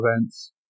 events